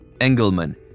Engelman